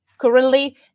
currently